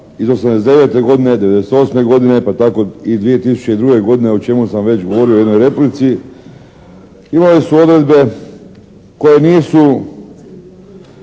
iz 1989. godine, iz 1998. godine pa tako i 2002. godine o čemu sam već govorio u jednoj replici imali su odredbe koje nisu